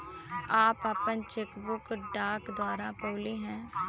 हम आपन cheque book डाक द्वारा पउली है